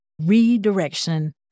redirection